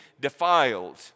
defiled